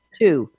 two